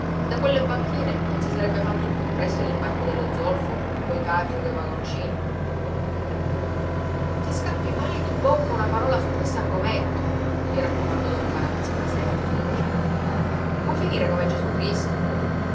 da quelle banchine non si sarebbe fatto piú presto l'imbarco dello zolfo coi carri o coi vagoncini non ti scappi mai di bocca una parola su questo argomento gli raccomandò don paranza una sera dopo cena vuoi finire come gesú cristo